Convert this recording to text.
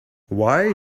why